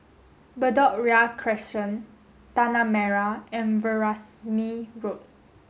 Bedok Ria Crescent Tanah Merah and Veerasamy Road